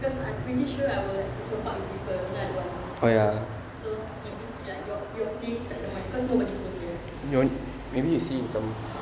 because I pretty sure I would like terserempak with people and I don't want so your your place I don't mind because nobody goes there